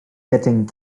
getting